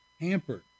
hampered